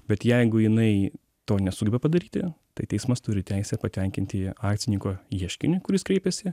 bet jeigu jinai to nesugeba padaryti tai teismas turi teisę patenkinti akcininko ieškinį kuris kreipiasi